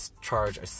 charge